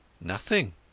Nothing